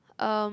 um